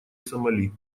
сомали